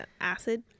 acid